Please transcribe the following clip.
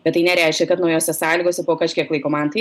bet tai nereiškia kad naujose sąlygose po kažkiek laiko man tai